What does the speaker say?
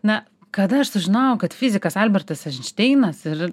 na kada aš sužinojau kad fizikas albertas einšteinas ir